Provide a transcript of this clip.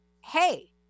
hey